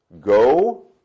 Go